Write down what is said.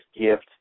gift